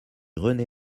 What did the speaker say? rené